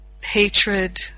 hatred